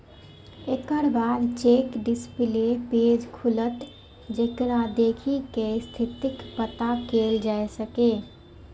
एकर बाद check display page खुलत, जेकरा देखि कें स्थितिक पता कैल जा सकैए